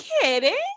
kidding